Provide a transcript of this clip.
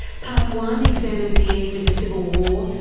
part one examined the end of the civil war,